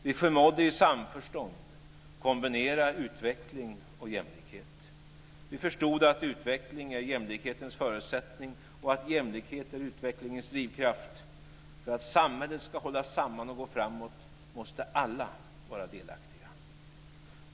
Vi förmådde i samförstånd kombinera utveckling och jämlikhet. Vi förstod att utveckling är jämlikhetens förutsättning och att jämlikhet är utvecklingens drivkraft. För att samhället ska hålla samman och gå framåt måste alla vara delaktiga.